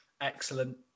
excellent